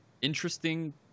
interesting